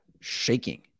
shaking